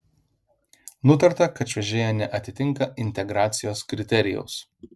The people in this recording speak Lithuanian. nutarta kad čiuožėja neatitinka integracijos kriterijaus